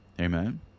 Amen